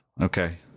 okay